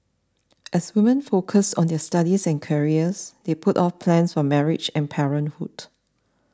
as women focused on their studies and careers they put off plans for marriage and parenthood